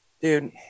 Dude